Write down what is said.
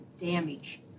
damage